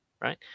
right